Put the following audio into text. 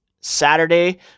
Saturday